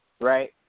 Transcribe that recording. right